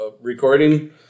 recording